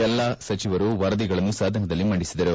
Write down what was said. ಎಲ್ಲಾ ಸಚಿವರು ವರದಿಗಳನ್ನು ಸದನದಲ್ಲಿ ಮಂಡಿಸಿದರು